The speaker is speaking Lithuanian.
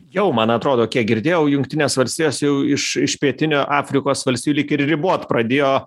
jau man atrodo kiek girdėjau jungtinės valstijos jau iš iš pietinių afrikos valstijų lyg ir ribot pradėjo